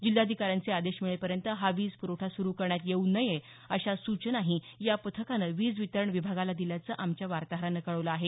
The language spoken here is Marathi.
जिल्हाधिकाऱ्यांचे आदेश मिळेपर्यंत हा वीज प्रवठा सुरू करण्यात येऊ नये अशा सूचनाही या पथकानं वीज वितरण विभागाला दिल्याचं आमच्या वार्ताहरानं कळवलं आहे